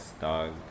dog